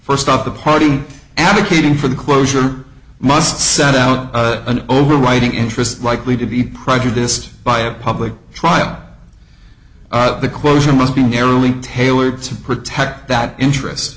first up the party advocating for the closure must send out an overriding interest likely to be prejudice by a public trial the closure must be narrowly tailored to protect that interest